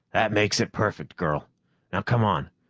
that makes it perfect, girl. now come on.